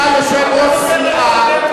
אתה יושב-ראש סיעה,